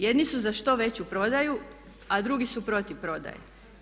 Jedni su za što veću prodaju, a drugi su protiv prodaje.